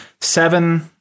seven